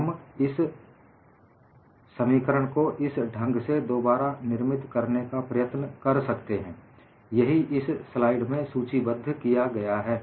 हम इस समीकरण को इस ढंग से दोबारा निर्मित करने का प्रयत्न कर सकते हैं यही इस स्लाइड में सूचीबद्ध किया गया है